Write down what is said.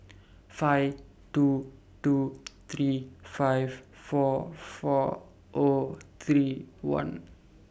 five two two three five four four O three one